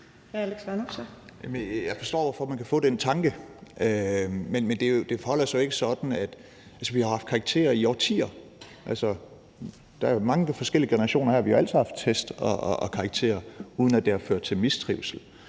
Jeg forstår, hvorfor man kan få den tanke, men det forholder sig jo ikke sådan. Altså, vi har jo haft karakterer i årtier – der er mange forskellige generationer her, og vi har altid haft test og karakterer, uden at det har ført til mistrivsel.